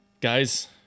guys